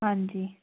ਹਾਂਜੀ